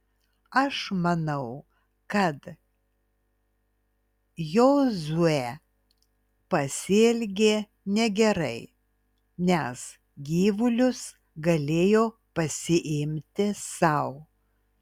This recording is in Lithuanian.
aš manau kad jozuė pasielgė negerai nes gyvulius galėjo pasiimti sau